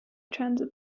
transit